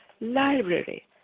Library